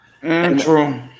true